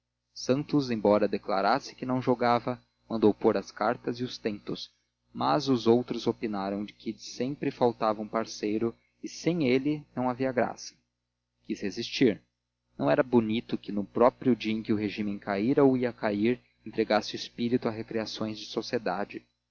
santos embora declarasse que não jogava mandou pôr as cartas e os tentos mas os outros opinaram que sempre faltava um parceiro e sem ele não havia graça quis resistir não era bonito que no próprio dia em que o regímen caíra ou ia cair entregasse o espírito a recreações de sociedade